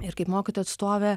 ir kaip mokytojų atstovė